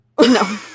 no